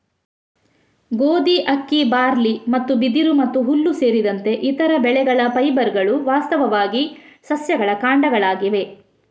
ಗೋಧಿ, ಅಕ್ಕಿ, ಬಾರ್ಲಿ ಮತ್ತು ಬಿದಿರು ಮತ್ತು ಹುಲ್ಲು ಸೇರಿದಂತೆ ಇತರ ಬೆಳೆಗಳ ಫೈಬರ್ಗಳು ವಾಸ್ತವವಾಗಿ ಸಸ್ಯಗಳ ಕಾಂಡಗಳಾಗಿವೆ